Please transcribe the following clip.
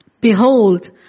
Behold